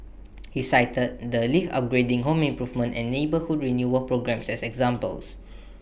he cited the lift upgrading home improvement and neighbourhood renewal programmes as examples